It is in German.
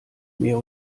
mehr